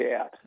out